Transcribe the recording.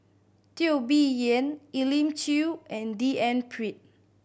Teo Bee Yen Elim Chew and D N Pritt